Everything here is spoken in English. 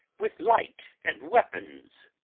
with light and weapons.